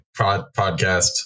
podcast